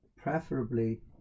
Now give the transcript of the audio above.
Preferably